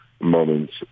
moments